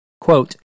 quote